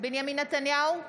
בנימין נתניהו,